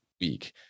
week